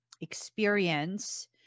experience